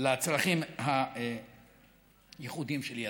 לצרכים הייחודיים של ילדיהם.